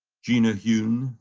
gina hume,